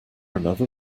another